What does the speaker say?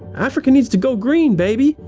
africa needs to go green, baby!